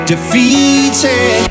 Defeated